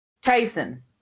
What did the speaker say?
Tyson